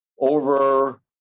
over